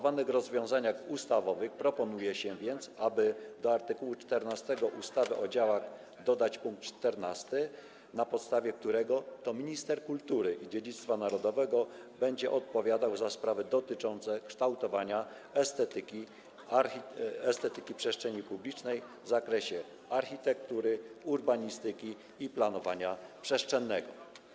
W rozwiązaniach ustawowych proponuje się więc, aby do art. 14 ustawy o działach dodać pkt 14, na podstawie którego to minister kultury i dziedzictwa narodowego będzie odpowiadał za sprawy dotyczące kształtowania estetyki przestrzeni publicznej w zakresie architektury, urbanistyki i planowania przestrzennego.